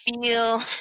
feel